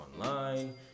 online